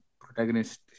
protagonist